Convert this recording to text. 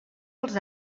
els